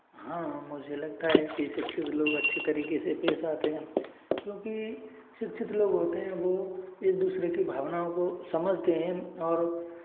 हाँ मुझे लगता है कि शिक्षित लोग अच्छे तरीके से पेश आते हैं क्योंकि शिक्षित लोग होते हैं वह एक दूसरे की भावनाओं को समझते हैं और